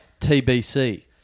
TBC